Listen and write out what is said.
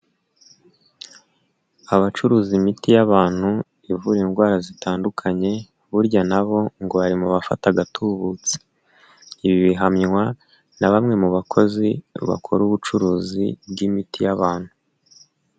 Abacuruza imiti y'abantu ivura indwara zitandukanye burya na bo ngo bari mu bafata agatubutse, ibi bihamywa na bamwe mu bakozi bakora ubucuruzi bw'imiti y'abantu.